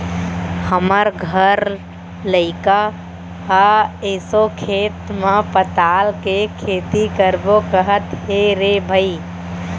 हमर घर लइका ह एसो खेत म पताल के खेती करबो कहत हे रे भई